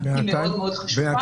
היא מאוד מאוד חשובה.